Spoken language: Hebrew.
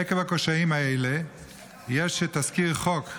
עקב הקשיים האלה יש תזכיר חוק,